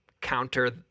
counter